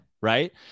Right